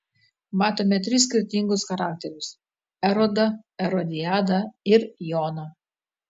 matome tris skirtingus charakterius erodą erodiadą ir joną